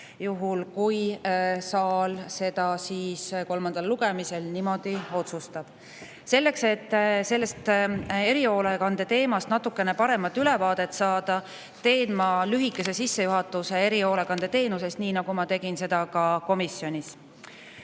kui saal kolmandal lugemisel niimoodi otsustab. Selleks, et erihoolekande teemast natuke paremat ülevaadet saada, teen lühikese sissejuhatuse erihoolekandeteenuste kohta, nagu ma tegin seda ka komisjonis.